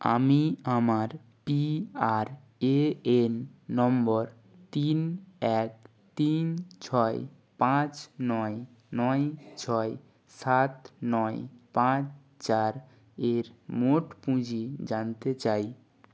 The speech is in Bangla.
আমি আমার পিআরএএন নম্বর তিন এক তিন ছয় পাঁচ নয় নয় ছয় সাত নয় পাঁচ চার এর মোট পুঁজি জানতে চাই